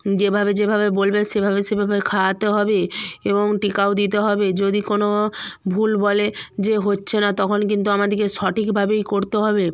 যেভাবে যেভাবে বলবে সেভাবে সেভাবে খাওয়াতে হবে এবং টিকাও দিতে হবে যদি কোনো ভুল বলে যে হচ্ছে না তখন কিন্তু আমাদিরকে সঠিকভাবেই করতে হবে